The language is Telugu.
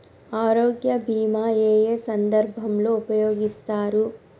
ఆరోగ్య బీమా ఏ ఏ సందర్భంలో ఉపయోగిస్తారు?